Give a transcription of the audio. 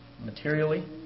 materially